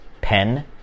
pen